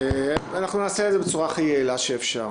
אנחנו נעשה את זה בצורה הכי יעילה שאפשר.